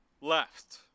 left